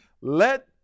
let